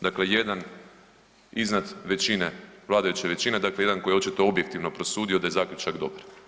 Dakle, jedan iznad većine, vladajuće većine, dakle jedan koji je očito objektivno prosudio da je zaključak dobar.